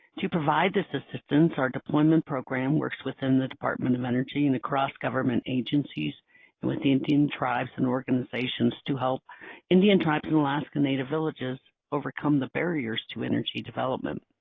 to provide this assistance, our deployment program works within the department of energy and the cross-government agencies and with indian tribes and organizations to help indian tribes and alaska native villages overcome the barriers to energy development.